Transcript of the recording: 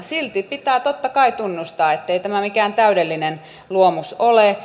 silti pitää totta kai tunnustaa ettei tämä mikään täydellinen luomus ole